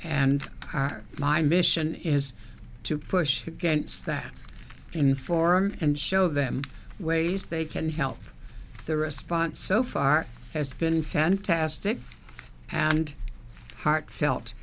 and my mission is to push against that inform and show them ways they can help the response so far has been fantastic and heartfelt